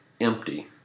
empty